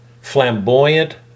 flamboyant